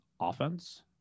offense